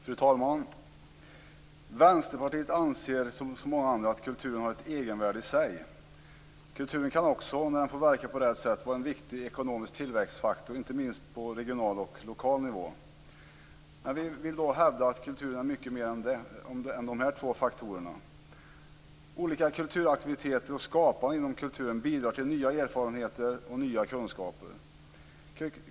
Fru talman! Vänsterpartiet anser, som så många andra, att kulturen har ett egenvärde i sig. Kulturen kan också vara en viktig ekonomisk tillväxtfaktor om den får verka på rätt sätt, inte minst på regional och lokal nivå. Men vi vill hävda att kultur är mycket mer än de här två faktorerna. Olika kulturaktiviteter och skapande inom kulturen bidrar till nya erfarenheter och nya kunskaper.